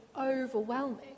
overwhelming